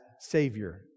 Savior